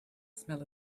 smell